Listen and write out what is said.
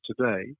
today